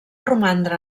romandre